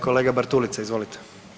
Kolega Bartulica, izvolite.